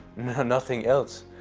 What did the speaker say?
nothing else.